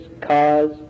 cause